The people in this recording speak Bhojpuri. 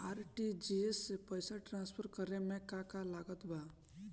आर.टी.जी.एस से पईसा तराँसफर करे मे का का लागत बा?